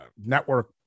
network